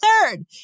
third